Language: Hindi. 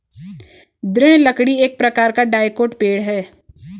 दृढ़ लकड़ी एक प्रकार का डाइकोट पेड़ है